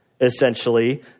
essentially